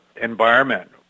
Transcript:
environment